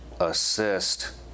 assist